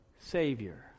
Savior